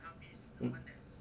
mm